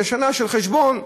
היא שנה של חשבון: